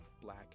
black